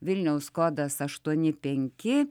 vilniaus kodas aštuoni penki